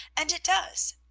and it does.